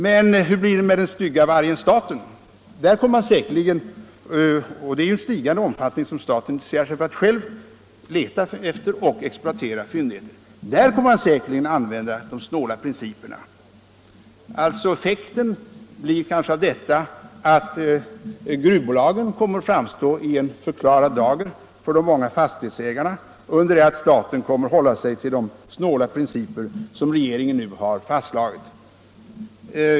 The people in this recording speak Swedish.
Men hur blev det med den stygga vargen staten? Det är ju i växande omfattning staten som intresserar sig för att själv leta efter och exploatera fyndigheter, och staten kommer säkerligen att följa de snåla principerna. Effekten av detta blir kanske att gruvbolagen kommer att framstå i en förklarad dager för de många fastighetsägarna, under det att staten kommer att hålla sig till dessa snåla principer som regeringen nu har fastslagit.